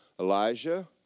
Elijah